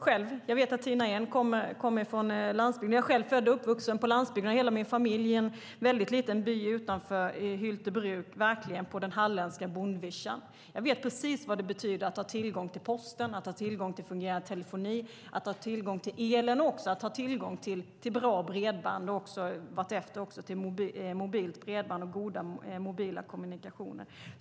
Jag vet att Tina Ehn kommer från landsbygden, och jag är själv född och uppvuxen på landsbygden, och hela min familj, i en liten by utanför Hyltebruk på den halländska bondvischan. Jag vet precis vad det betyder att ha tillgång till Posten, att ha tillgång till fungerande telefoni, till el och till bra bredband och vartefter till goda mobila kommunikationer.